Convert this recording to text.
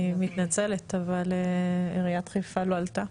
אני חושב שזיהיתם את הנקודה הבעייתית.